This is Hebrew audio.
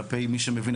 כלפי מי שמבין,